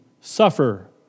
suffer